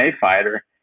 fighter